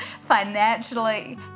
financially